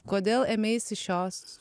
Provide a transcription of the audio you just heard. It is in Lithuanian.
kodėl ėmeisi šios